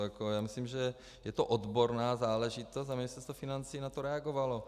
Já myslím, že je to odborná záležitost, a Ministerstvo financí na to reagovalo.